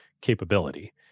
capability